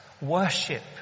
worship